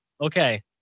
Okay